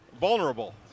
vulnerable